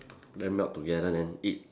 then melt together then eat